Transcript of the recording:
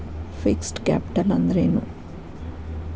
Fixed capital ಅಂದ್ರೇನು?